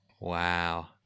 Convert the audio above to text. Wow